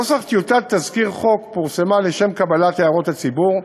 נוסח טיוטת תזכיר חוק פורסמה לשם קבלת הערות הציבור,